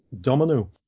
Domino